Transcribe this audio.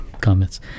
comments